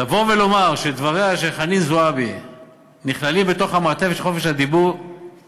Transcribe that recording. לבוא ולומר שדבריה של חנין זועבי נכללים בתוך המעטפת של חופש הביטוי